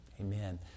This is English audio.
Amen